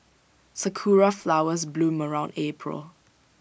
Sakura Flowers bloom around April